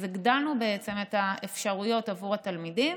אז הגדלנו את האפשרויות עבור התלמידים.